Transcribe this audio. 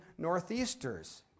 northeasters